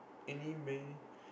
any may